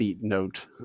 note